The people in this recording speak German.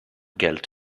geld